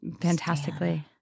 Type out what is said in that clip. fantastically